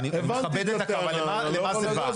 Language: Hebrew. אני מכבד --- למה זה בא?